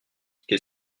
qu’est